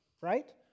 right